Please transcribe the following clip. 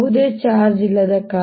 ಯಾವುದೇ ಚಾರ್ಜ್ ಇಲ್ಲದ ಕಾರಣ